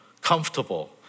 comfortable